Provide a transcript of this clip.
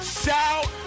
shout